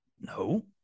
No